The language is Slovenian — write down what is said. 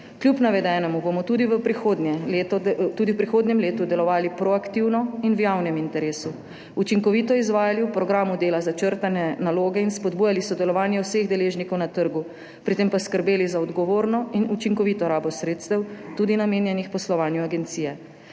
Kljub navedenemu bomo tudi v prihodnjem letu delovali proaktivno in v javnem interesu, učinkovito izvajali v programu dela začrtane naloge in spodbujali sodelovanje vseh deležnikov na trgu, pri tem pa skrbeli za odgovorno in učinkovito rabo sredstev, tudi namenjenih poslovanju agencije.